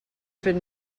fet